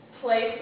Place